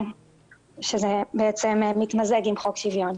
שזה מתמזג עם חוק שוויון.